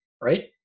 right